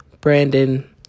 Brandon